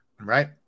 Right